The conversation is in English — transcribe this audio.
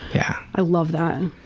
yeah i love that.